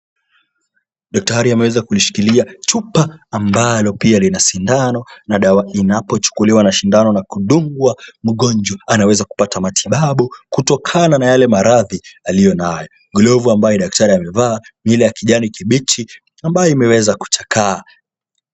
Daktari ameweza kulishikilia chupa ambalo pia lina sindano na dawa linapochukuliwa na sindano na kudungwa mgonjwa, anaweza kupata matibabu kutokana na yale maradhi aliyonayo. Glovu ambayo daktari amevaa ni ile ya kijani kibichi ambayo imeweza kuchakaa.